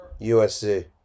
USC